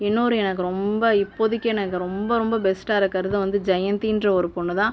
இன்னொரு எனக்கு ரொம்ப இப்போதைக்கி எனக்கு ரொம்ப ரொம்ப பெஸ்ட்டாக இருக்கிறது வந்து ஜெயந்தின்ற ஒரு பொண்ணு தான்